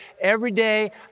everyday